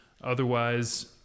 otherwise